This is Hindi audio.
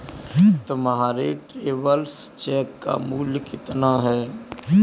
तुम्हारे ट्रैवलर्स चेक का मूल्य कितना है?